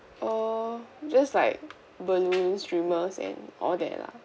err just like balloons streamers and all that lah